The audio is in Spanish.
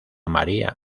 maría